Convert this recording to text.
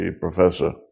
professor